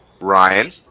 Ryan